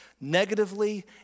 negatively